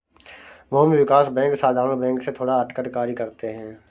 भूमि विकास बैंक साधारण बैंक से थोड़ा हटकर कार्य करते है